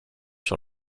sur